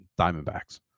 Diamondbacks